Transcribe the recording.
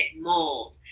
mold